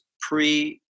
pre